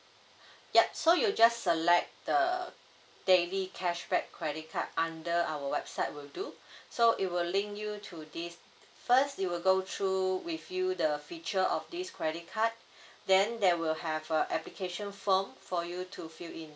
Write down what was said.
yup so you just select the daily cashback credit card under our website will do so it will link you to this first you will go through with you the feature of this credit card then there will have a application form for you to fill in